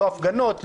לא הפגנות,